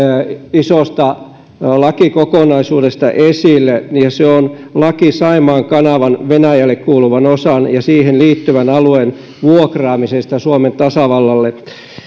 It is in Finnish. isosta lakikokonaisuudesta esille ja se on laki saimaan kanavan venäjälle kuuluvan osan ja siihen liittyvän alueen vuokraamisesta suomen tasavallalle